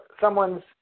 someone's